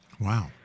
Wow